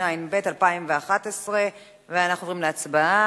התשע"ב 2011. אנחנו עוברים להצבעה.